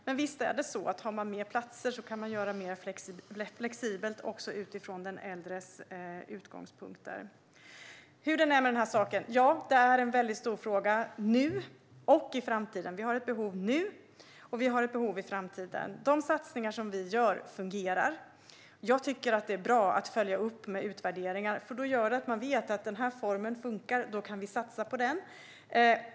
Men om det finns fler platser går det självklart att göra det mer flexibelt utifrån den äldres utgångspunkt. Detta är hur som helst en mycket stor fråga både nu och i framtiden. Vi har ett behov nu, och vi har ett behov i framtiden. De satsningar som vi gör fungerar. Jag tycker att det är bra att följa upp med utvärderingar, för då får man veta om en viss form funkar och kan satsa på den.